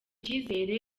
cyizere